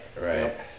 Right